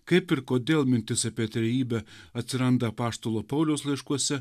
kaip ir kodėl mintis apie trejybę atsiranda apaštalo pauliaus laiškuose